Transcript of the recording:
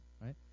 right